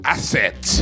Asset